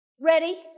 Ready